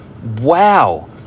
wow